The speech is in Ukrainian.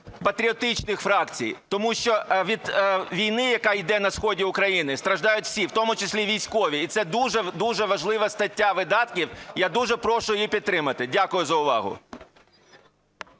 патріотичних фракцій, тому що від війни, яка йде на сході України, страждають всі, в тому числі і військові. І це дуже-дуже важлива стаття видатків, я дуже прошу її підтримати. Дякую за увагу.